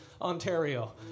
Ontario